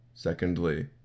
Secondly